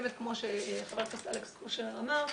כמו שחבר הכנסת אלכס קושניר אמר,